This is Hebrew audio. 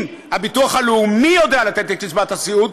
אם הביטוח הלאומי יודע לתת את קצבת הסיעוד,